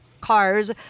cars